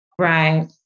Right